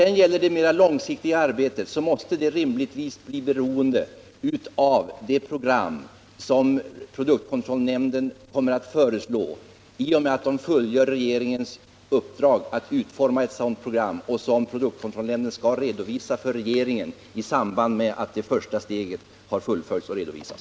Det mera långsiktiga arbetet måste rimligtvis bli beroende av det program som produktkontrollnämnden kommer att föreslå i och med att den fullgör regeringens uppdrag att utforma ett sådant program och som nämnden sedan skall redovisa för regeringen i samband med att det första steget fullföljts och redovisas.